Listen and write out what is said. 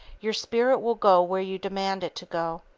your spirit will go where you demand it to go,